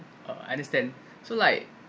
uh understand so like